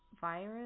virus